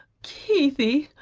keithie,